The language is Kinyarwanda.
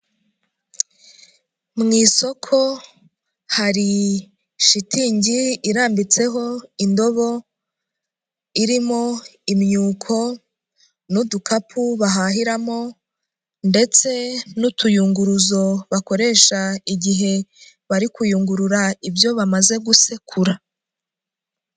Mu isoko hari shitingi irambitseho indobo irimo imyuko n'udukapu bahahiramo, ndetse n'utuyunguruzo bakoresha igihe bari kuyungurura ibyo bamaze gusekura.